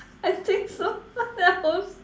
I think so what else